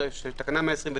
129,